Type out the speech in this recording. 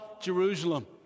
Jerusalem